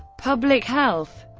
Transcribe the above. public health